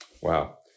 Wow